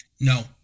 No